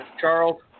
Charles